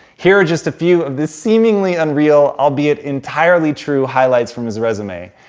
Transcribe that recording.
here are just a few of the seemingly unreal, albeit, entirely true highlights from his resume.